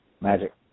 Magic